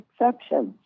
exceptions